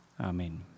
Amen